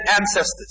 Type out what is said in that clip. ancestors